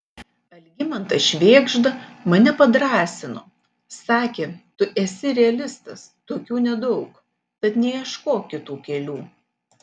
algimantas švėgžda mane padrąsino sakė tu esi realistas tokių nedaug tad neieškok kitų kelių